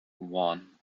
one